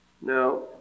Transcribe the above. Now